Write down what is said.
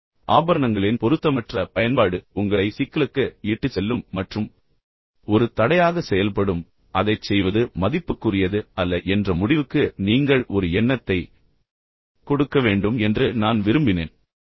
எனவே ஆபரணங்களை சரியான முறையில் பயன்படுத்துவது பொருத்தமற்ற பயன்பாடு உங்களை சிக்கலுக்கு இட்டுச் செல்லும் மற்றும் ஒரு தடையாக செயல்படும் அதைச் செய்வது மதிப்புக்குரியது அல்ல என்ற முடிவுக்கு நீங்கள் ஒரு எண்ணத்தை கொடுக்க வேண்டும் என்று நான் விரும்பினேன்